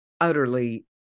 utterly